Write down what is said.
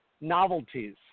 novelties